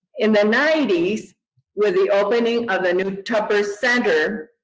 in the ninety s with the opening of the new tupper center,